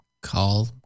call